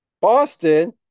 Boston